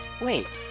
Wait